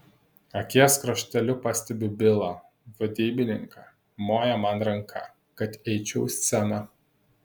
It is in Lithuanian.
akies krašteliu pastebiu bilą vadybininką moja man ranka kad eičiau į sceną